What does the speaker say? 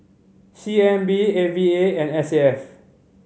C N B A V A and S A F